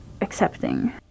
accepting